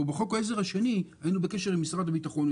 ובחוק העזר השני היינו בקשר עם משרד הביטחון,